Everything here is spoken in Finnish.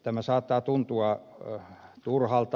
tämä saattaa tuntua turhalta